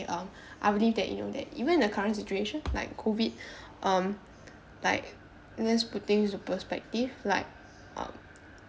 um I believe that you know that even the current situation like COVID um like let's put things into perspective like um